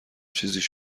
چیزیش